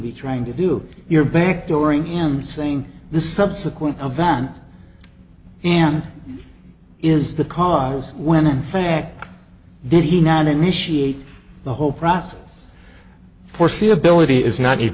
be trying to do your back dooring him saying this subsequent event and is the cause when in fact did he not initiate the whole process foreseeability is not